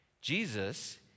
Jesus